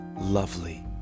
lovely